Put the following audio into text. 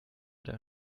der